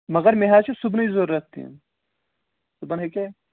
مگر مےٚ حظ چھِ صُبنٕے ضوٚرَتھ تِم صُبحَن ہیٚکیٛاہ